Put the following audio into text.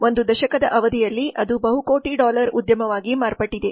ಒಂದು ದಶಕದ ಅವಧಿಯಲ್ಲಿ ಅದು ಬಹುಕೋಟಿ ಡಾಲರ್ ಉದ್ಯಮವಾಗಿ ಮಾರ್ಪಟ್ಟಿದೆ